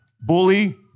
Bully